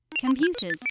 Computers